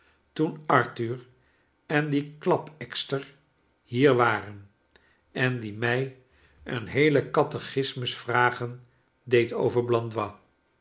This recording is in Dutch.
toen arthur en die klapekster hier waren en die mij een heelen cathechismus vragen deed over blandois